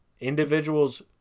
individuals